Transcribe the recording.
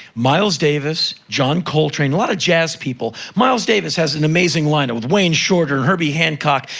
miles davis, john coltrane a lot of jazz people. miles davis has an amazing lineup, with wayne shorter, herbie hancock,